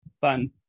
fun